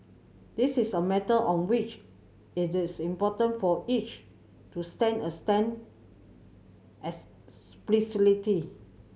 this is a matter on which is this important for each to stand a stand